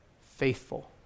Faithful